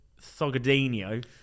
Thogadinho